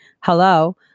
hello